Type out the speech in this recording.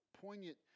poignant